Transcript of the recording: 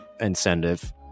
incentive